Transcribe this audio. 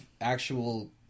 actual